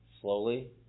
slowly